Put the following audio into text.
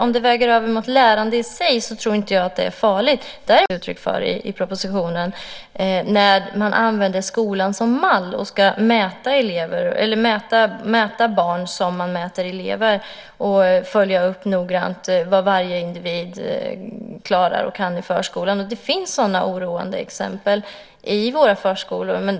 Om det väger över mot lärande i sig tror jag inte att det är farligt. Däremot delar jag den oro som du ger uttryck för och som också ges uttryck för i propositionen när man använder skolan som mall och ska mäta barn som man mäter elever och följa upp noggrant vad varje individ klarar och kan i förskolan. Det finns sådana oroande exempel i våra förskolor.